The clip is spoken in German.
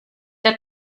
der